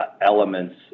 elements